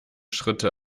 schritte